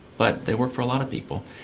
but they work for a lot of people.